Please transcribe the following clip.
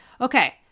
Okay